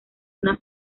una